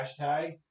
hashtag